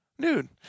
Dude